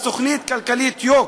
אז תוכנית כלכלית, יוק.